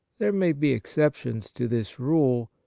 there may be exceptions to this rule,